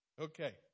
Okay